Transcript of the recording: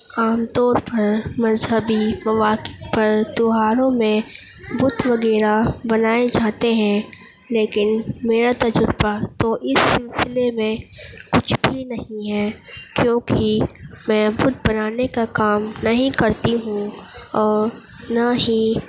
عام طور پر مذہبی مواقع پر تہواروں میں بت وغیرہ بنائے جاتے ہیں لیکن میرا تجربہ تو اس سلسلے میں کچھ بھی نہیں ہے کیونکہ میں بت بنانے کا کام نہیں کرتی ہوں اور نہ ہی